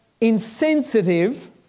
insensitive